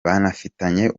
banafitanye